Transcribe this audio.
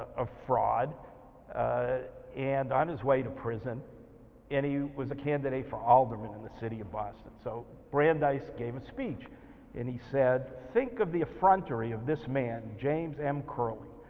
of fraud ah and on his way to prison and he was a candidate for alderman in the city of boston. so brandeis gave a speech and he said, think of the effrontery of this man, james m curely,